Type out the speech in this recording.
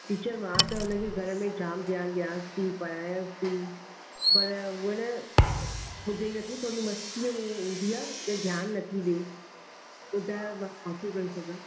teacher मां त हुन खे घर में जाम ध्यानु ॾियांसि थी पढ़ायासि थी पर हूअ न ॿुधे न थी थोरी मस्तीअ में ईंदी आहे त ध्यानु न थी ॾे ॿुधायो मां छा थी करे सघां